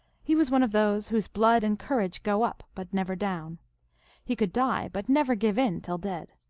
he was one of those whose blood and courage go up, but never down he could die, but never give in till dead.